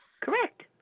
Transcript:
Correct